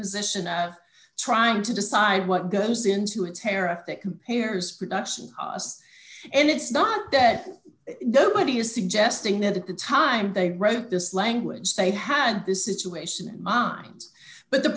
position of trying to decide what goes into a tariff that compares production and it's not that nobody is suggesting that at the time they wrote this language they had this situation in minds but the